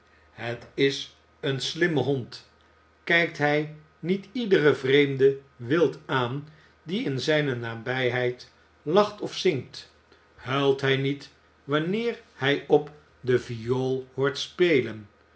het is een slimme hond kijkt hij niet iederen vreemde wild aan die in zijne nabijheid lacht j of zingt huilt hij niet wanneer hij op de viool i hoort spelen